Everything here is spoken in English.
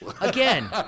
Again